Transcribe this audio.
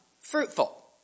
fruitful